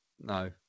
No